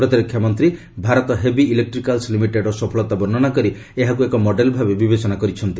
ପ୍ରତିରକ୍ଷା ମନ୍ତ୍ରୀ Bharat heavy electricals ଲିମିଟେଡ୍ର ସଫଳତା ବର୍ଷ୍ଣନା କରି ଏହାକ୍ ଏକ ମଡେଲ୍ ଭାବେ ବିବେଚନା କରିଛନ୍ତି